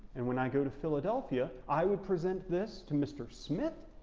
and when i go to philadelphia, i would present this to mr. smith,